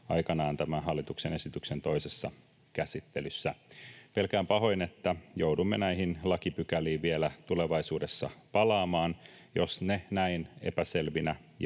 aikanaan tämän hallituksen esityksen toisessa käsittelyssä. Pelkään pahoin, että joudumme näihin lakipykäliin vielä tulevaisuudessa palaamaan, jos ne näin epäselvinä